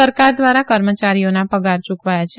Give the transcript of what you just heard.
સરકાર દ્વારા કર્મચારીઓના પગાર યુકવાથા છે